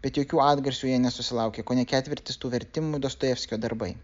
bet jokių atgarsių jie nesusilaukė kone ketvirtis tų vertimų dostojevskio darbai